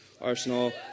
Arsenal